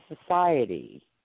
society